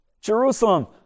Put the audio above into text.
Jerusalem